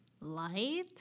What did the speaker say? light